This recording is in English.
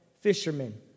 fishermen